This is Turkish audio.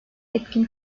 etkin